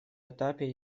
этапе